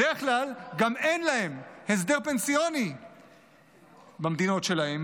בדרך כלל גם אין להם הסדר פנסיוני במדינות שלהם,